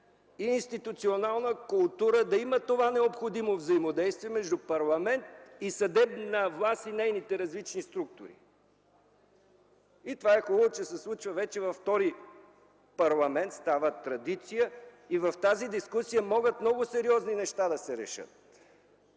и институционална култура – да има това необходимо взаимодействие между парламент, съдебна власт и нейните различни структури. Хубавото е, че това се случва вече във втори парламент, става традиция. В тази дискусия могат да се решат